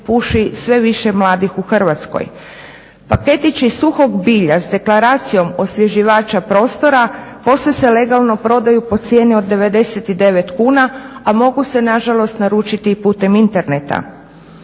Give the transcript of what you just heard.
Paketići suhog bilja s deklaracijom osvježivača prostor posve se legalno prodaju po cijeni od 99 kuna, a mogu se nažalost naručiti i putem interneta.